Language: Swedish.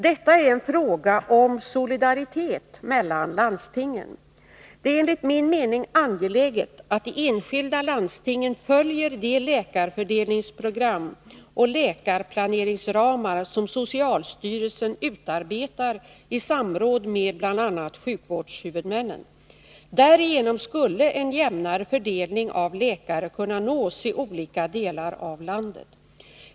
Detta är en fråga om solidaritet mellan landstingen. Det är enligt min mening angeläget att de enskilda landstingen följer de läkarfördelningsprogram och läkarplaneringsramar som socialstyrelsen utarbetar i samråd med bl.a. sjukvårdshuvudmännen. Därigenom skulle en jämnare fördelning av läkare kunna nås i olika delar av landet.